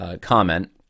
Comment